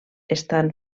estan